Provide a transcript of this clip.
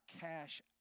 cash